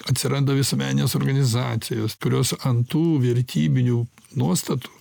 atsiranda visuomenės organizacijos kurios ant tų vertybinių nuostatų